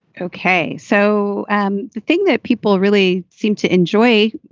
ok? so and the thing that people really seem to enjoy